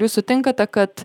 jūs sutinkate kad